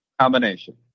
combination